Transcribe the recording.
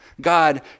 God